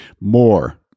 more